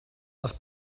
les